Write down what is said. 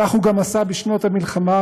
כך גם עשה בשנות המלחמה,